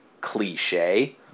cliche